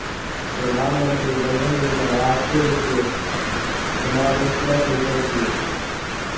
प्रधानमंत्री जन धन योजना राष्ट्रीय वित्तीय समावेशनक मिशन छियै